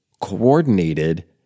Coordinated